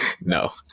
No